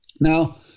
now